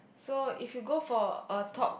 so if you go for a talk